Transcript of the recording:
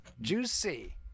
Juicy